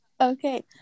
Okay